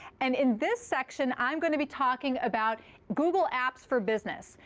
and in this section, i'm going to be talking about google apps for business.